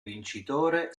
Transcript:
vincitore